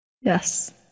yes